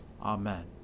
Amen